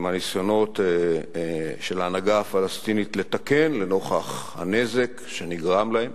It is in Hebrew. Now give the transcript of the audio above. עם הניסיונות של ההנהגה הפלסטינית לתקן נוכח הנזק שנגרם להם